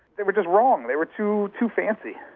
they were just wrong. they were too too fancy.